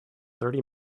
thirty